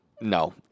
no